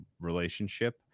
relationship